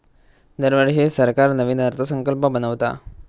दरवर्षी सरकार नवीन अर्थसंकल्प बनवता